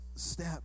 step